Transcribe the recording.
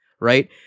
right